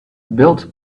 built